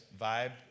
vibe